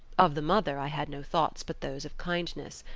of the mother i had no thoughts but those of kindness.